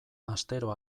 astero